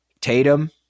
Tatum